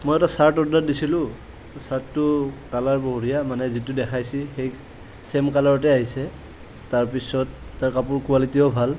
মই এটা chart order দিছিলোঁ সেই চাৰ্টটো কালাৰ বঢ়িয়া মানে যিটো দেখাইছে সেই চেম কালাৰতে আহিছে তাৰপিছত তাৰ কাপোৰ কোৱালিটিও ভাল